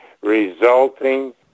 resulting